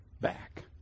back